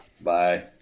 Bye